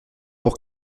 pour